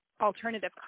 alternative